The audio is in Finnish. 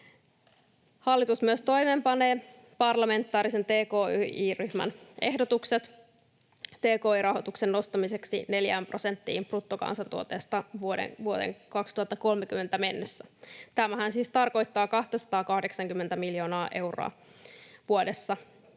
Hallitus myös toimeenpanee parlamentaarisen tki-ryhmän ehdotukset tki-rahoituksen nostamiseksi neljään prosenttiin bruttokansantuotteesta vuoteen 2030 mennessä. Tämähän siis tarkoittaa 280:tä miljoonaa euroa vuodessa